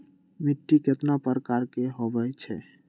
मिट्टी कतना प्रकार के होवैछे?